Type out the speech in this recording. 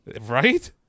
Right